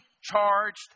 charged